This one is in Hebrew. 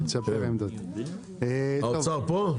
האוצר פה?